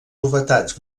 novetats